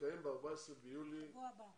יתקיים ב-14 ביולי, בשבוע הבא.